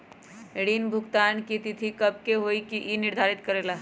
ऋण भुगतान की तिथि कव के होई इ के निर्धारित करेला?